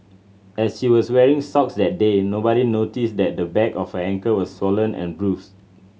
as she was wearing socks that day nobody noticed that the back of her ankle was swollen and bruised